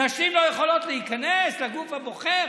נשים לא יכולות להיכנס לגוף הבוחר?